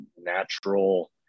natural